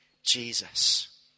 Jesus